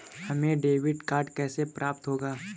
हमें debit card कैसे प्राप्त होगा?